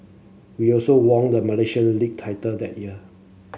we also won the Malaysia League title that year